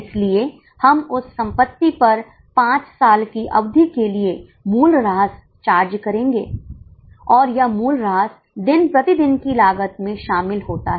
इसलिए हम उस संपत्ति पर 5 साल की अवधि के लिए मूल्यह्रास चार्ज करेंगे और यह मूल्यह्रास दिन प्रतिदिन की लागत में शामिल होता है